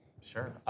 Sure